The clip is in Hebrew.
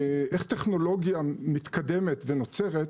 איך טכנולוגיה מתקדמת ונוצרת,